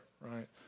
right